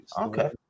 Okay